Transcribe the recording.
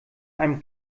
einem